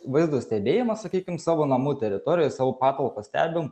vaizdo stebėjimą sakykim savo namų teritorijoj savo patalpas stebim